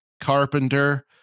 Carpenter